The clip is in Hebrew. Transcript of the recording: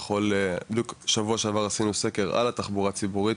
בדיוק שבוע שעבר עשינו סקר על התחבורה הציבורית,